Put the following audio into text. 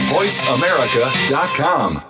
VoiceAmerica.com